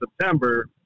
September